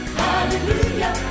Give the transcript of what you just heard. hallelujah